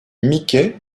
mickey